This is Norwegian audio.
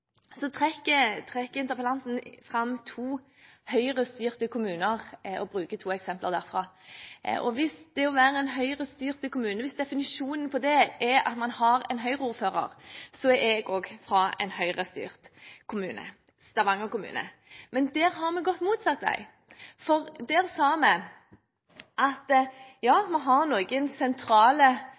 Så trekker interpellanten fram to Høyre-styrte kommuner og bruker to eksempler derfra. Hvis definisjonen på det å være en Høyre-styrt kommune er at man har en Høyre-ordfører, er jeg også fra en Høyre-styrt kommune, Stavanger kommune. Men der har vi gått motsatt vei. Der sa vi at ja, vi har noen sentrale